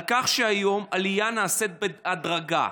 על כך שהיום העלייה נעשית בהדרגה.